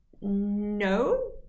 No